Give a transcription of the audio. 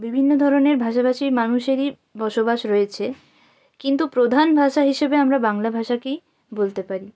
বিভিন্ন ধরনের ভাষাভাষির মানুষেরই বসবাস রয়েছে কিন্তু প্রধান ভাষা হিসেবে আমরা বাংলা ভাষাকেই বলতে পারি